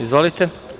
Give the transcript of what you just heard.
Izvolite.